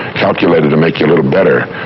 calculated to make you a little better,